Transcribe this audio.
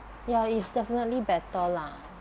ya it's definitely better lah